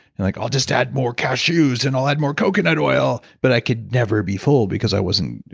and like, i'll just add more cashews, and i'll add more coconut oil, but i could never be full because i wasn't.